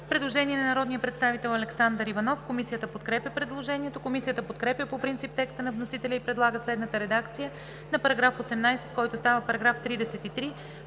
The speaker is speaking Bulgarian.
Предложение на народния представител Александър Иванов. Комисията подкрепя предложението. Комисията подкрепя по принцип текста на вносителя и предлага следната редакция на § 18, който става § 33: „§ 33.